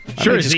sure